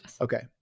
okay